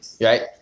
right